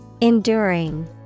Enduring